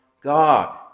God